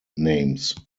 names